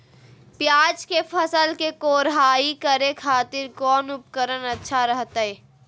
प्याज के फसल के कोढ़ाई करे खातिर कौन उपकरण अच्छा रहतय?